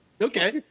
okay